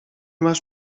masz